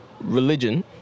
Religion